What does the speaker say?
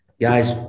guys